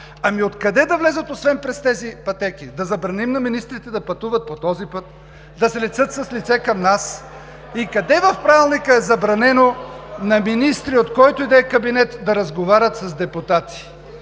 Ами, откъде да влязат, освен през тези пътеки. Да забраним на министрите да пътуват по този път, да седят с лице към нас и къде в Правилника е забранено на министри от който и да е кабинет, да разговарят с депутати?